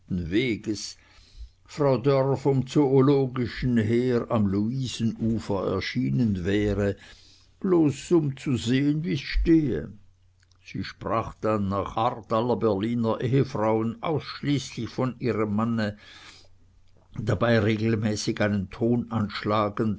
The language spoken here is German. weges frau dörr vom zoologischen her am luisen ufer erschienen wäre bloß um zu sehen wie's stehe sie sprach dann nach art aller berliner ehefrauen ausschließlich von ihrem manne dabei regelmäßig einen ton anschlagend